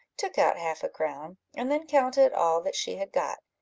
took out half-a-crown, and then counted all that she had got.